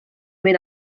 mynd